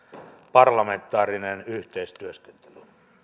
parlamentaarinen yhteistyöskentely